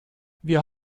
wir